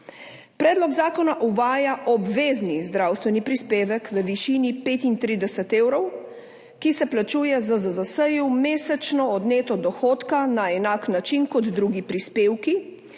Predlog zakona uvaja obvezni zdravstveni prispevek v višini 35 evrov, ki se plačuje ZZZS mesečno od neto dohodka na enak način kot drugi prispevki,